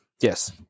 yes